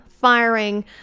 firing